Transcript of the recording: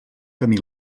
camí